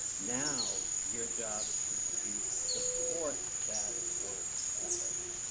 now your job is to support that work effort.